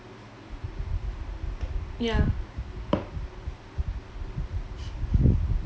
ya